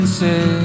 say